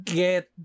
get